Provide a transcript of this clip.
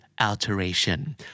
alteration